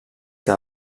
que